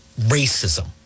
racism